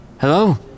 Hello